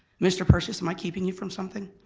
mr. persis am i keeping you from something.